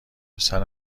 پسر